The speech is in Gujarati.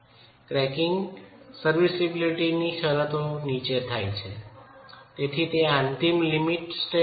ક્રેકીંગ સર્વિસિબિલિટી શરતો હેઠળ થાય છે તે અંતિમ લિમિટ સ્ટેટ નથી